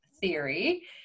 theory